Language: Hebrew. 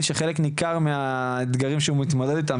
שחלק ניכר מהאתגרים שהוא מתמודד איתם,